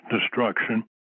destruction